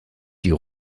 die